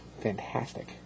fantastic